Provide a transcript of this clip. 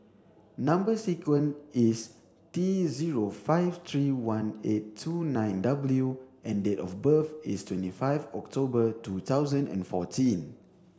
number sequence is T zero five three one eight two nine W and date of birth is twenty five October two thousand and fourteen